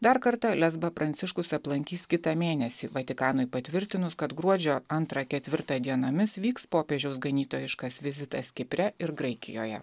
dar kartą lesbą pranciškus aplankys kitą mėnesį vatikanui patvirtinus kad gruodžio antrą ketvirtą dienomis vyks popiežiaus ganytojiškas vizitas kipre ir graikijoje